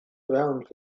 around